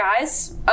guys